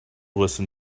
listen